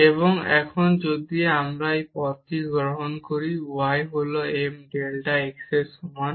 এবং এখন যদি আমরা এই পথটি গ্রহণ করি ডেল্টা y হল m ডেল্টা x এর সমান